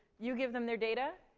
you give them their data,